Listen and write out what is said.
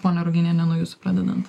ponia ruginiene nuo jūsų pradedant